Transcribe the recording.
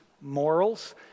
morals